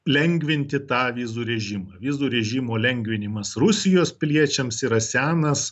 lengvinti tą vizų režimą vizų režimo lengvinimas rusijos piliečiams yra senas